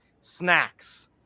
snacks